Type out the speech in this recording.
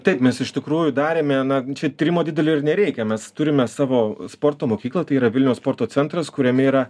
taip mes iš tikrųjų darėme na čia tyrimo didelio ir nereikia mes turime savo sporto mokyklą tai yra vilniaus sporto centras kuriame yra